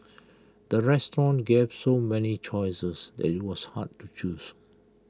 the restaurant gave so many choices that IT was hard to choose